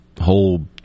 whole